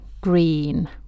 green